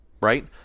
Right